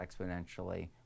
exponentially